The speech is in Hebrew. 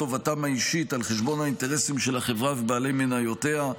טובתם האישית על חשבון האינטרסים של החברה ובעלי מניותיה.